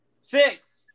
Six